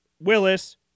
Willis